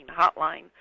Hotline